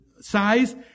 size